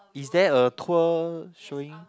is there a tour showing